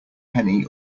penny